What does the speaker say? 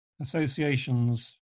associations